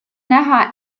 näha